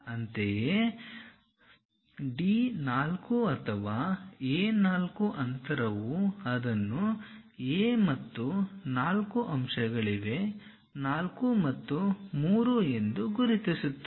ಅಂತೆಯೇ D 4 ಅಥವಾ A 4 ಅಂತರವು ಅದನ್ನು A ಮತ್ತು 4 ಅಂಶಗಳಿವೆ 4 ಮತ್ತು 3 ಎಂದು ಗುರುತಿಸುತ್ತದೆ